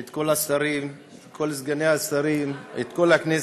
את כל השרים, את כל סגני השרים, את כל הכנסת,